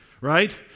right